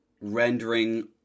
rendering